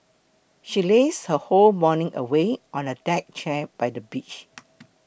she lazed her whole morning away on a deck chair by the beach